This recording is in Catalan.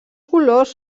colors